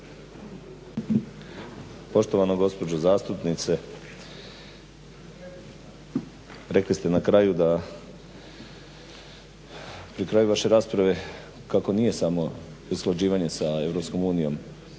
Poštovana gospođo zastupnice, rekli ste na kraju, pri kraju vaše rasprave kako nije samo usklađivanje sa EU